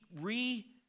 re